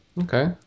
Okay